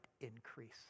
increase